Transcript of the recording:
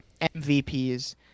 mvps